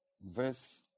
verse